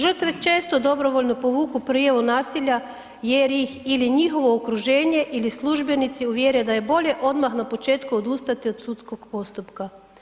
Žrtve često dobrovoljno povuku prijavu nasilja jer ih ili njihovo okruženje ili službenici uvjere da je bolje odmah na početku odustati od sudskog postupka.